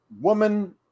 woman